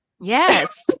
Yes